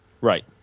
Right